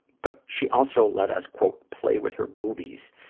but she also let us, quote, play with her boobies,